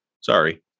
sorry